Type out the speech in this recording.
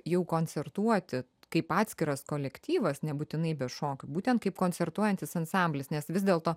jau koncertuoti kaip atskiras kolektyvas nebūtinai be šokių būtent kaip koncertuojantis ansamblis nes vis dėlto